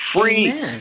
free